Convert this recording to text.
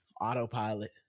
Autopilot